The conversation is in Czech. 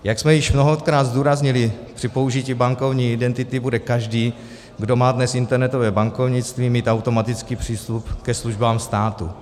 Jak jsme již mnohokrát zdůraznili, při použití bankovní identity bude každý, kdo má dnes internetové bankovnictví, mít automatický přístup ke službám státu.